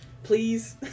Please